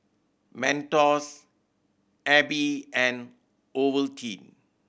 Mentos Aibi and Ovaltine